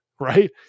right